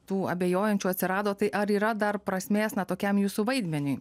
tų abejojančių atsirado tai ar yra dar prasmės tokiam jūsų vaidmeniui